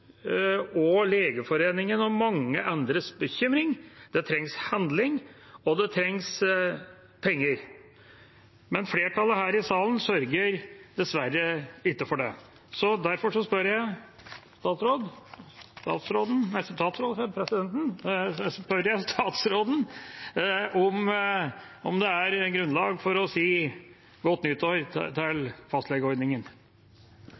og mange andres bekymring. Det trengs handling, og det trengs penger. Men flertallet her i salen sørger dessverre ikke for det. Derfor spør jeg statsråden om det er grunnlag for å si godt nytt år til fastlegeordningen. Statsrådens tid vil komme, men før det er